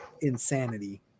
insanity